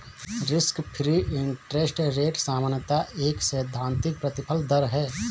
risk free interest rate सामान्यतः एक सैद्धांतिक प्रतिफल दर है